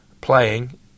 playing